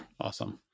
Awesome